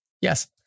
Yes